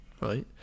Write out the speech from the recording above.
right